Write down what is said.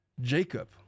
Jacob